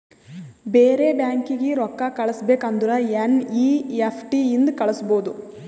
ಬೇರೆ ಬ್ಯಾಂಕೀಗಿ ರೊಕ್ಕಾ ಕಳಸ್ಬೇಕ್ ಅಂದುರ್ ಎನ್ ಈ ಎಫ್ ಟಿ ಇಂದ ಕಳುಸ್ಬೋದು